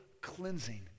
cleansing